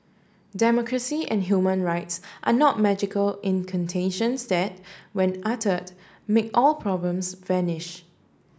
democracy and human rights are not magical incantations that when uttered make all problems vanish